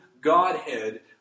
Godhead